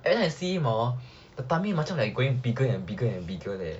and then I see him hor the tummy macam like going bigger and bigger and bigger leh